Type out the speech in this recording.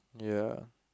ya